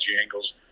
angles